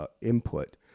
input